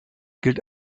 gilt